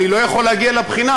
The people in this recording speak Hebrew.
אני לא יכול להגיע לבחינה,